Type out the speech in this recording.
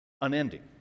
unending